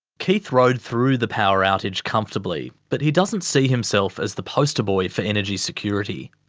keith rode through the power outage comfortably but he doesn't see himself as the poster boy for energy security.